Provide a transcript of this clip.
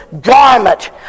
garment